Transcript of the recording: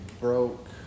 broke